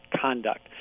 conduct